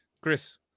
Chris